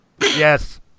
Yes